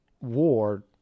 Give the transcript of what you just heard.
war